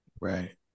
Right